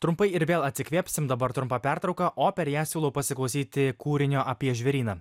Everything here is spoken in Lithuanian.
trumpai ir vėl atsikvėpsim dabar trumpa pertrauka o per ją siūlau pasiklausyti kūrinio apie žvėryną